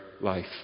life